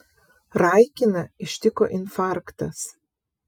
raikiną ištiko infarktas